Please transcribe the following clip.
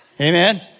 Amen